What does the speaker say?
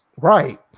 Right